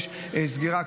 סגירה,